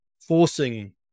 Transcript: forcing